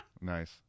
Nice